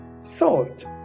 Salt